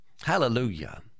Hallelujah